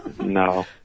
No